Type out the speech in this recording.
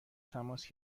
تماس